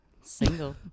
single